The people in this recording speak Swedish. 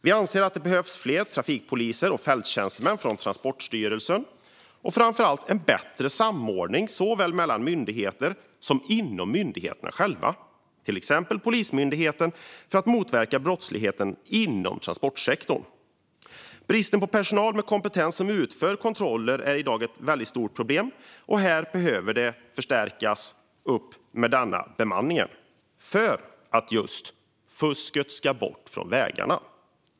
Vi anser att det behövs fler trafikpoliser och fälttjänstemän från Transportstyrelsen och framför allt en bättre samordning såväl mellan myndigheter som inom myndigheterna själva, till exempel Polismyndigheten, för att motverka brottslighet inom transportsektorn. Bristen på personal med kompetens att utföra kontroller är i dag ett väldigt stort problem, och här behöver bemanningen förstärkas för att vi ska få bort fusket från vägarna.